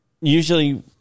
Usually